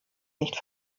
nicht